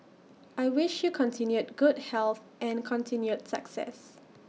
I wish you continued good health and continued success